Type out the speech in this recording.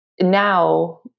now